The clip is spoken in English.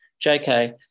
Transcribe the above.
JK